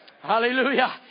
Hallelujah